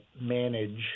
manage